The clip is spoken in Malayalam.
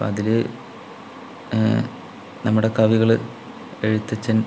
അപ്പം അതില് നമ്മുടെ കവികള് എഴുത്തച്ഛൻ